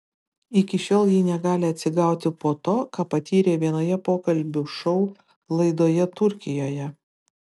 iki šiol ji negali atsigauti po to ką patyrė vienoje pokalbių šou laidoje turkijoje